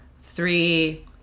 three